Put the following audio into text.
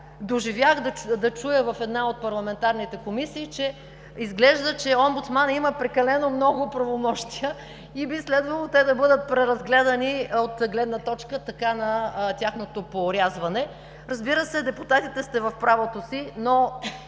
Доживях да чуя в една от парламентарните комисии, че изглежда, че омбудсманът има прекалено много правомощия и би следвало те да бъдат преразгледани от гледна точка на тяхното поорязване. Разбира се, депутатите сте в правото си, но